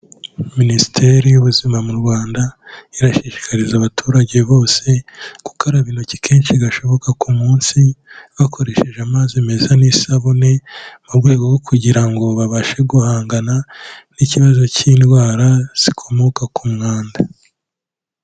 Minisiteri y'ubuzima mu Rwanda irashishikariza abaturage bose gukaraba intoki kenshi gashoboka ku munsi bakoresheje amazi meza n'isabune, mu rwego rwo kugira ngo babashe guhangana n'ikibazo cy'indwara zikomoka ku mwanda.